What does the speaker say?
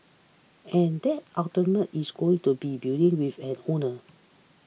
and that ultimately is going to be a building with an owner